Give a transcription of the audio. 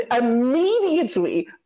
immediately